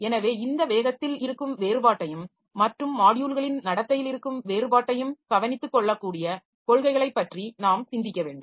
எனவே இந்த வேகத்தில் இருக்கும் வேறுபாட்டையும் மற்றும் மாட்யுல்களின் நடத்தையில் இருக்கும் வேறுபாட்டையும் கவனித்துக் கொள்ளக்கூடிய கொள்கைகளைப் பற்றி நாம் சிந்திக்க வேண்டும்